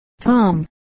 Tom